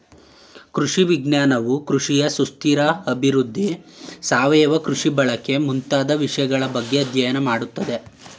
ಕೃಷಿ ವಿಜ್ಞಾನವು ಕೃಷಿಯ ಸುಸ್ಥಿರ ಅಭಿವೃದ್ಧಿ, ಸಾವಯವ ಕೃಷಿ ಬಳಕೆ ಮುಂತಾದ ವಿಷಯಗಳ ಬಗ್ಗೆ ಅಧ್ಯಯನ ಮಾಡತ್ತದೆ